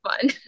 fun